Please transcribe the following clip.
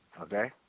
Okay